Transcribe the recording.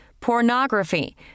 pornography